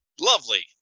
Lovely